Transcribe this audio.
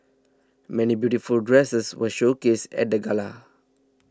many beautiful dresses were showcased at the gala